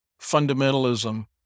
fundamentalism